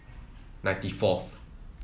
ninety fourth